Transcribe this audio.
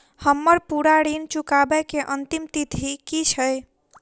हम्मर पूरा ऋण चुकाबै केँ अंतिम तिथि की छै?